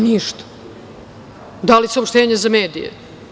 Ništa, dali saopštenje za medije.